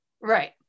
Right